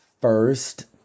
first